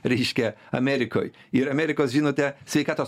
reiškia amerikoj ir amerikos žinote sveikatos